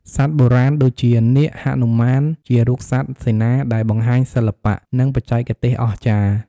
សត្វបុរាណដូចជា នាគ, ហនុមាន ជារូបសត្វសេនាដែលបង្ហាញសិល្បៈ និងបច្ចេកទេសអស្ចារ្យ។